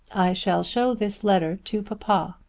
i shall show this letter to papa.